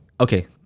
okay